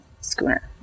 schooner